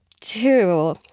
two